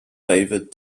favored